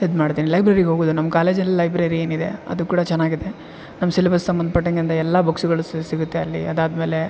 ಇದು ಮಾಡ್ತೀನಿ ಲೈಬ್ರೆರಿ ಹೋಗೋದು ನಮ್ಮ ಕಾಲೇಜಲ್ಲಿ ಲೈಬ್ರೆರಿ ಏನಿದೆ ಅದು ಕೂಡ ಚೆನ್ನಾಗಿದೆ ನಮ್ಮ ಸಿಲೆಬಸ್ ಸಂಬಂಧಪಟ್ಟಂದೆಲ್ಲಾ ಬುಕ್ಸ್ಗಳು ಸಿಗುತ್ತೆ ಅಲ್ಲಿ ಅದಾದಮೇಲೆ